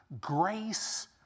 grace